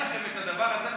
אין לכם את הדבר הזה,